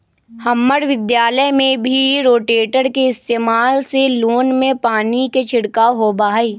हम्मर विद्यालय में भी रोटेटर के इस्तेमाल से लोन में पानी के छिड़काव होबा हई